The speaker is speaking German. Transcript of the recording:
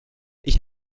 ich